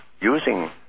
using